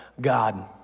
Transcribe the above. God